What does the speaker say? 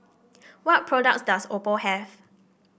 what products does Oppo have